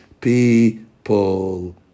people